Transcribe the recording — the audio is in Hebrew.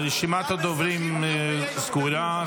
רשימת הדוברים סגורה.